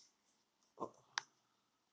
o~